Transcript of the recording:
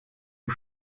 aux